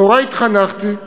לאורה התחנכתי,